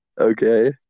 okay